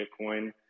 bitcoin